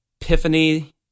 epiphany